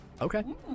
Okay